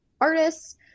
artists